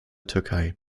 türkei